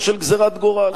לא של גזירת גורל.